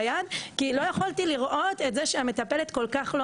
ביד כי לא יכולתי לראות את זה שהמטפלת כל כך לא